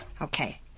Okay